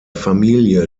familie